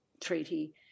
treaty